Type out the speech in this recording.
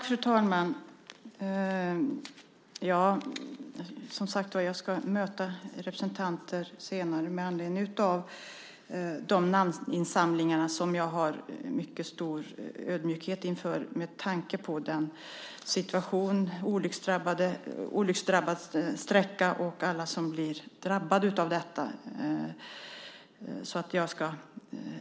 Fru talman! Jag ska senare möta representanter med anledning av namninsamlingarna. Jag känner stor ödmjukhet inför dem med tanke på situationen - det är en olycksdrabbad sträcka, och många har drabbats.